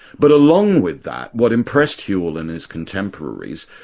but along with that, what impressed whewell and his contemporaries,